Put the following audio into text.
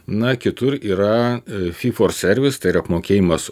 na kitur yra fyfor servis tai yra apmokėjimas